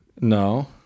No